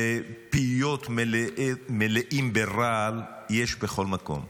ופיות מלאים ברעל יש בכל מקום,